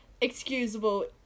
excusable